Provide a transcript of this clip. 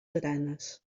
granes